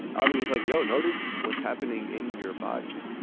and ivy was like, yo, notice what's happening in your body.